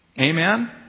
Amen